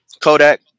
Kodak